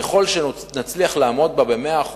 ככל שנצליח לעמוד בה ב-100%.